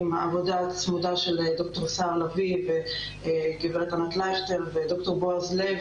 עם העבודה הצמודה של ד"ר סהר לביא וגב' ענת לייכטר וד"ר בועז לב